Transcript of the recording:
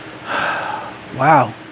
Wow